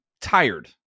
tired